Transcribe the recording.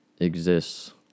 exists